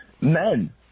men